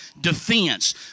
defense